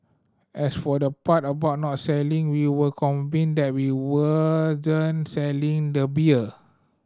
as for the part about not selling we were convinced that we wouldn't selling the beer